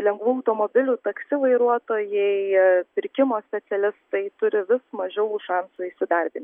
lengvųjų automobilių taksi vairuotojai pirkimo specialistai turi vis mažiau šansų įsidarbint